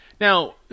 Now